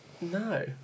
no